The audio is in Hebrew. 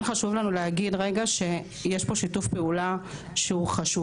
חשוב לי להגיד שיש פה שיתוף פעולה חשוב.